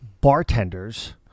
bartenders